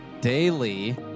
daily